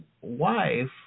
wife